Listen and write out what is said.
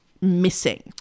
missing